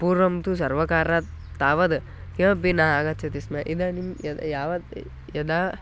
पूर्वं तु सर्वकारात् तावद् किमपि न आगच्छति स्म इदानीं यद् यावत् यदा